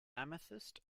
amethyst